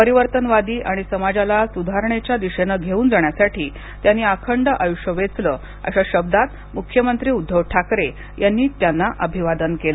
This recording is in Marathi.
परिवर्तनवादी आणि समाजाला सुधारणेच्या दिशेने घेऊन जाण्यासाठी त्यांनी अखंड आयुष्य वेचले अश्या शब्दात मुख्यमंत्री उद्दव ठाकरे यांनी त्यांना अभिवादन केलं